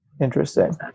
Interesting